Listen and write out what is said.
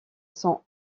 sont